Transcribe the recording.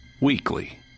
Weekly